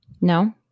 no